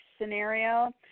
scenario